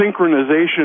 synchronization